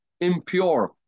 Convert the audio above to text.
impure